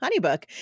HoneyBook